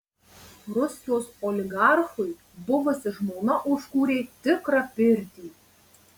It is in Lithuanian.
rusijos oligarchui buvusi žmona užkūrė tikrą pirtį